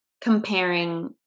comparing